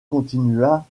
continua